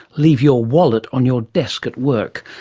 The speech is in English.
leave your wallet on your desk at work?